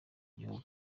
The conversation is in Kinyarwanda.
gihugu